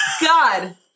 god